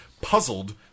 Puzzled